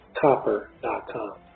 copper.com